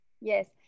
Yes